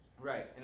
Right